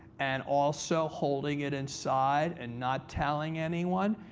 and also holding it inside and not telling anyone,